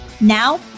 Now